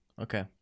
Okay